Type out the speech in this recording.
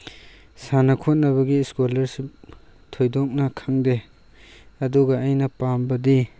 ꯁꯥꯟꯅ ꯈꯣꯠꯅꯕꯒꯤ ꯁ꯭ꯀꯣꯂꯔꯁꯤꯞ ꯊꯣꯏꯗꯣꯛꯅ ꯈꯪꯗꯦ ꯑꯗꯨꯒ ꯑꯩꯅ ꯄꯥꯝꯕꯗꯤ